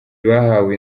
bahawe